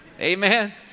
Amen